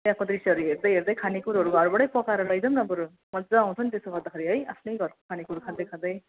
बाहिरको दृश्यहरू हेर्दै हेर्दै खानेकुराहरू घरबाटै पकाएर लैजाऔँ न बरू मज्जा आउँछ नि त्यसो गर्दाखेरि है आफ्नै घरकै खानेकुरा खाँदै खाँदै